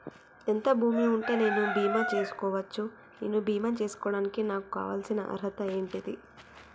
ఎంత భూమి ఉంటే నేను బీమా చేసుకోవచ్చు? నేను బీమా చేసుకోవడానికి నాకు కావాల్సిన అర్హత ఏంటిది?